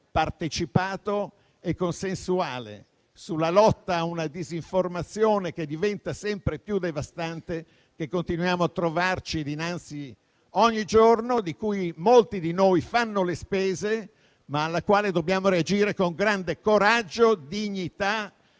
partecipato e consensuale - per lottare contro una disinformazione che diventa sempre più devastante e che continuiamo a trovarci dinanzi ogni giorno, di cui molti di noi fanno le spese, ma alla quale dobbiamo reagire con grande coraggio, dignità